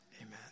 amen